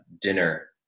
dinner